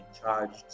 charged